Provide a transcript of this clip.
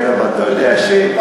שנה קודם אתה מכניס,